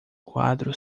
quatro